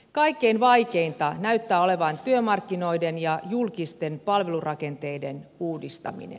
kaikkein vaikeinta näyttää olevan työmarkkinoiden ja julkisten palvelurakenteiden uudistaminen